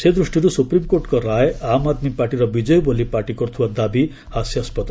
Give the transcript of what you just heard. ସେ ଦୃଷ୍ଟିରୁ ସୁପ୍ରିମ୍କୋର୍ଟଙ୍କ ରାୟ ଆମ୍ ଆଦ୍ମୀ ପାର୍ଟିର ବିଜୟ ବୋଲି ପାର୍ଟି କର୍ଥିବା ଦାବୀ ହାସ୍ୟାସ୍କଦ